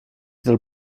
del